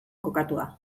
kokatua